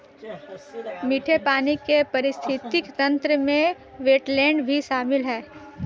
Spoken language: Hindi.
मीठे पानी के पारिस्थितिक तंत्र में वेट्लैन्ड भी शामिल है